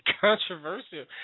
controversial